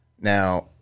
now